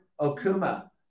Okuma